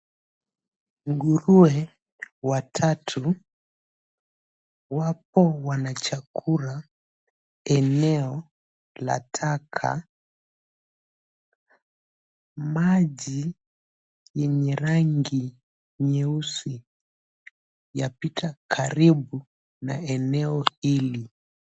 Nguruwe watatu wapo wanachakura eneo la taka. Maji yenye rangi nyeusi yapita karibu na eneo hili.